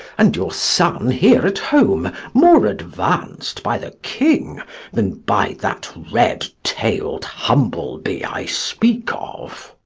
and your son here at home, more advanc'd by the king than by that red-tail'd humble-bee i speak of.